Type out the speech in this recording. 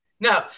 No